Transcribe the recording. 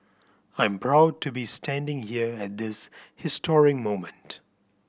I'm proud to be standing here at this historic moment